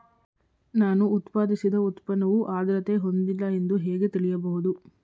ನಾನು ಉತ್ಪಾದಿಸಿದ ಉತ್ಪನ್ನವು ಆದ್ರತೆ ಹೊಂದಿಲ್ಲ ಎಂದು ಹೇಗೆ ತಿಳಿಯಬಹುದು?